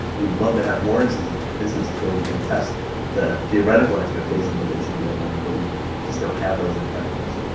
we would love to have more instances, instances where we can test the theoretical expectation that they should be aligned, but we just don't have those in practice.